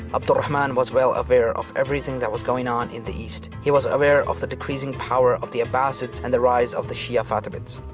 abd al-rahman was well-aware of everything that was going on in the east. he was aware of the decreasing power of the abbasids and the rise of the shia fatimids.